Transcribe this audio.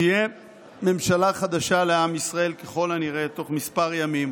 תהיה ממשלה חדשה לעם ישראל ככל הנראה תוך מספר ימים.